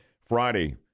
Friday